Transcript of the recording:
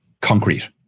concrete